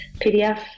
pdf